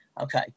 okay